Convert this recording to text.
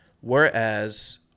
Whereas